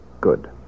Good